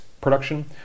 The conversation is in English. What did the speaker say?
production